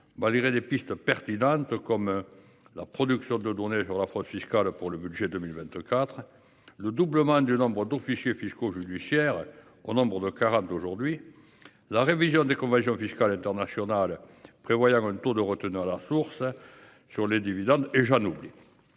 malgré des pistes pertinentes comme la production de données sur la fraude fiscale pour le budget de 2024, le doublement du nombre d'officiers fiscaux judiciaires- qui sont 40 aujourd'hui -, la révision des « conventions fiscales internationales prévoyant un taux de retenue à la source nul sur les dividendes », etc.